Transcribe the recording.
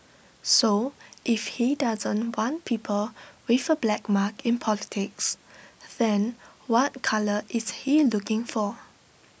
so if he doesn't want people with A black mark in politics then what colour is he looking for